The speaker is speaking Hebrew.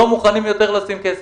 לא מוכנים יותר לשים כסף.